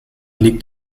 liegt